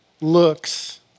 looks